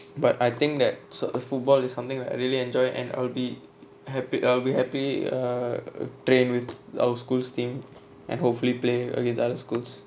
but I think that's uh football is something I really enjoy and I'll be hap~ I'll be happy uh train with our school's team and hopefully play against other schools